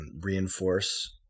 reinforce